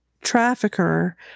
trafficker